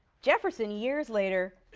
jefferson years later,